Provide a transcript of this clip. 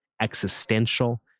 existential